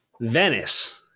Venice